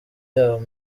yabo